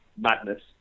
madness